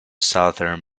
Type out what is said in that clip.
southern